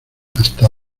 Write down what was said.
hasta